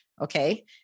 okay